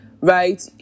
right